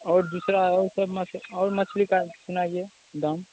और दूसरा और सब मछ और मछली का सुनाइए दाम